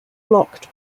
blocked